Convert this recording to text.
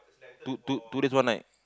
two two two days one night